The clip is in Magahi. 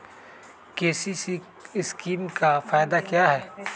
के.सी.सी स्कीम का फायदा क्या है?